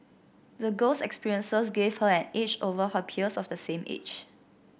the girl's experiences gave her an edge over her peers of the same age